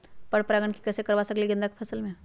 हम पर पारगन कैसे करवा सकली ह गेंदा के फसल में?